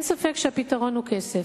אין ספק שהפתרון הוא כסף,